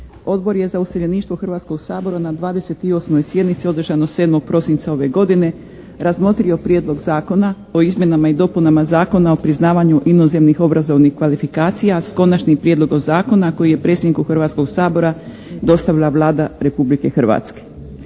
Odbor za useljeništvo Hrvatskog sabora je na 28. sjednici održanoj 7. prosinca ove godine razmotrio Prijedlog zakona o izmjenama i dopunama Zakona o priznavanju inozemnih obrazovnih kvalifikacija s konačnim prijedlogom zakona koji je predsjedniku Hrvatskog sabora dostavila Vlada Republike Hrvatske.